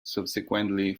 subsequently